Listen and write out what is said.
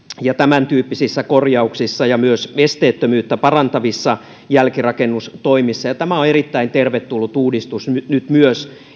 ja tämäntyyppisissä korjauksissa ja myös esteettömyyttä parantavissa jälkirakennustoimissa on erittäin tervetullut uudistus että nyt myös